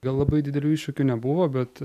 gal labai didelių iššūkių nebuvo bet